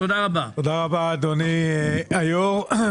תודה רבה אדוני היושב ראש.